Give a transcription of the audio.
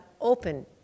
open